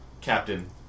Captain